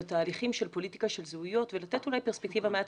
התהליכים של פוליטיקה של זהויות ולתת אולי פרספקטיבה מעט